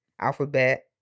Alphabet